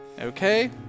Okay